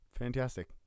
Fantastic